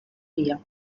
via